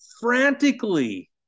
frantically